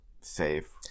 safe